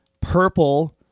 purple